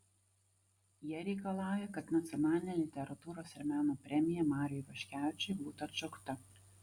jie reikalauja kad nacionalinė literatūros ir meno premija mariui ivaškevičiui būtų atšaukta